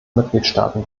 mitgliedstaaten